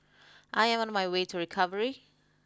I am on my way to recovery